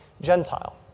Gentile